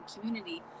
community